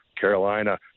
carolina